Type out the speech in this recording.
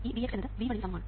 ഈ Vx എന്നത് V1 നു സമമാണ്